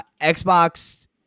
Xbox